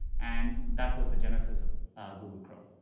and that was the genesis of google chrome.